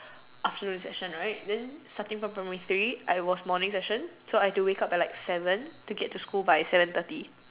afternoon session right then starting from primary three I was morning session so I have to wake up at like seven to get to school by seven thirty